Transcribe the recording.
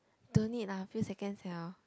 don't need lah few second sia